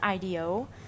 IDO